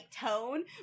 tone